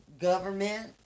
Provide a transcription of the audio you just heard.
government